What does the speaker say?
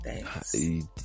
thanks